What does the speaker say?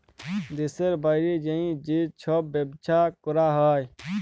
দ্যাশের বাইরে যাঁয়ে যে ছব ব্যবছা ক্যরা হ্যয়